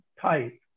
type